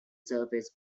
surface